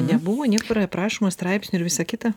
nebuvo niekur aprašoma straipsnių ir visa kita